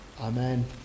amen